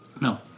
No